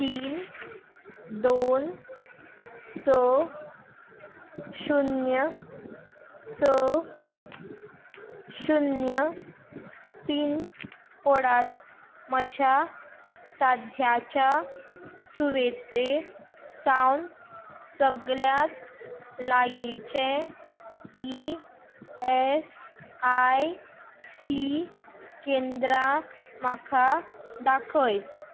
तीन दोन स शुन्य स शुन्य पीन कॉडांत म्हज्या सद्याच्या सुवाते सावन सगळ्यांत लागींचें ई एस आय सी केंद्रां म्हाका दाखय